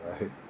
right